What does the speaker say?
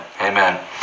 amen